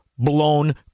Blown